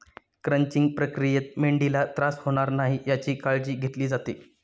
crunching प्रक्रियेत मेंढीला त्रास होणार नाही याची काळजी घेतली जाते